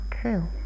true